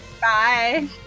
bye